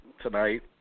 tonight